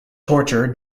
torture